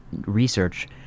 research